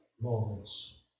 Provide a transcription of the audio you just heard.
moments